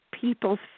people's